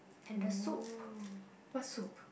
oh what soup